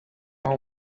aho